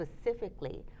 specifically